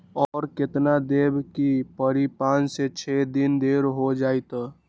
और केतना देब के परी पाँच से छे दिन देर हो जाई त?